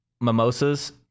mimosas